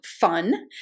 fun